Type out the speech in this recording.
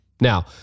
Now